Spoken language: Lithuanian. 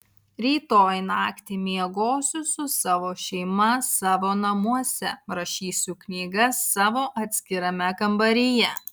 rytoj naktį miegosiu su savo šeima savo namuose rašysiu knygas savo atskirame kambaryje